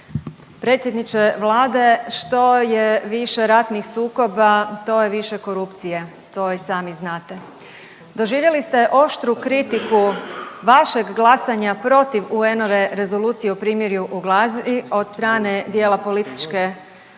Predsjedniče Vlade, što je više ratnih sukoba to je više korupcije, to i sami znate. Doživjeli ste oštru kritiku vašeg glasanja protiv UN-ove Rezolucije o primirju u Gazi od strane djela političke oporbe